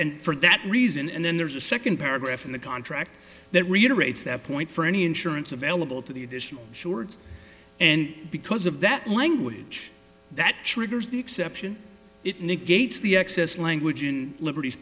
and for that reason and then there's a second paragraph in the contract that reiterates that point for any insurance available to the additional shorts and because of that language that triggers the exception it negates the excess language and libert